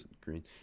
green